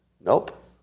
Nope